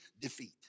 defeat